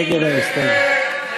ההסתייגות?